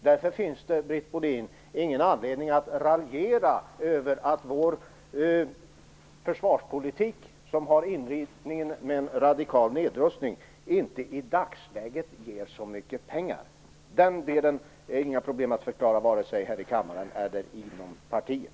Därför finns det ingen anledning att raljera över att vår försvarspolitik, som har inriktningen på en radikal nedrustning, inte ger så mycket pengar i dagsläget, Britt Bohlin. Det är inga problem att förklara den delen här i kammaren eller inom partiet.